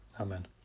Amen